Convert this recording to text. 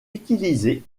utilisé